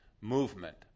movement